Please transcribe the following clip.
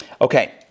Okay